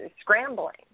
scrambling